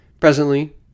Presently